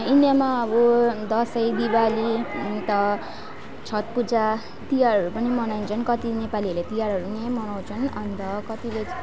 इन्डियामा अब दसैँ दिवाली अन्त छट पूजा तिहारहरू पनि मनाइन्छन् कति नेपलीहरले तिहारहरूम् याइँ मनाउँछन् अन्त कतिले चै